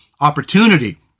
opportunity